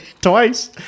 twice